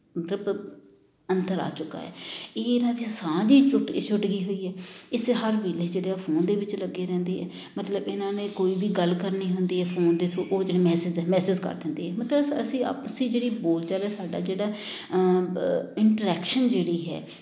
ਮਤਲਬ ਅੰਤਰ ਆ ਚੁੱਕਾ ਹੈ ਇਹ ਇਹਨਾਂ ਦੀ ਸਾਂਝ ਹੀ ਟੁੱਟ ਛੁੱਟ ਗਈ ਹੋਈ ਹੈ ਇਸ ਹਰ ਵੇਲੇ ਜਿਹੜੇ ਫੋਨ ਦੇ ਵਿੱਚ ਲੱਗੇ ਰਹਿੰਦੇ ਹੈ ਮਤਲਬ ਇਹਨਾਂ ਨੇ ਕੋਈ ਵੀ ਗੱਲ ਕਰਨੀ ਹੁੰਦੀ ਹੈ ਫੋਨ ਦੇ ਥਰੂ ਉਹ ਜਿਹੜੇ ਮੈਸੇਜ ਮੈਸੇਜ ਕਰ ਦਿੰਦੇ ਮਤਲਬ ਅਸੀ ਅਸੀਂ ਆਪਸੀ ਜਿਹੜੀ ਬੋਲ ਚਾਲ ਆ ਸਾਡਾ ਜਿਹੜਾ ਇੰਟਰੈਕਸ਼ਨ ਜਿਹੜੀ ਹੈ